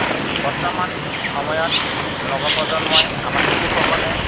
বৰ্তমান সময়ত নৱপ্ৰজন্মই আমাক শিশুসকলে